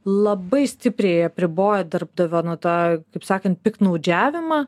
labai stipriai apriboja darbdavio na tą kaip sakant piktnaudžiavimą